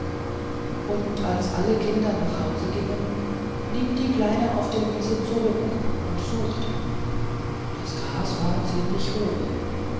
und als alle kinder nach hause gingen blieb die kleine auf der wiese zurück und suchte das gras war ziemlich hoch